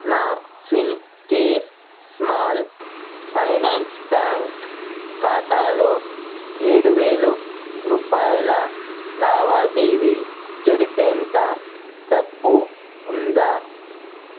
నా Fincare small finance bank ఖాతాలో ఏడు వేలు రూపాయల లావాదేవీ జరిపేంత డబ్బు ఉందా